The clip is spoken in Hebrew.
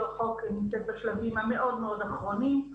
החוק נמצאת בשלבים המאוד-מאוד אחרונים.